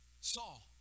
Saul